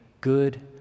good